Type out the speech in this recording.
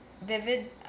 vivid